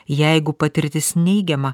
jeigu patirtis neigiama